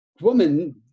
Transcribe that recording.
woman